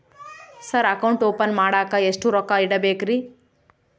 Sir account open ಮಾಡಾಕ ಎಷ್ಟು ರೊಕ್ಕ ಇಡಬೇಕ್ರಿ?